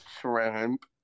shrimp